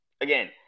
Again